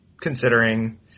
considering